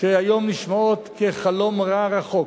שהיום נשמעות כחלום רע רחוק.